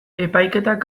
epaiketak